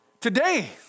Today